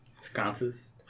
Sconces